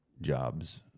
jobs